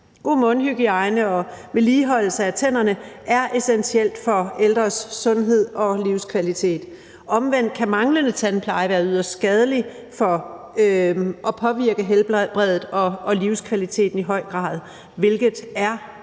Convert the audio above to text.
God mundhygiejne og vedligeholdelse af tænderne er essentielt for ældres sundhed og livskvalitet. Omvendt kan manglende tandpleje være yderst skadeligt for helbredet og påvirke livskvaliteten i høj grad, hvilket er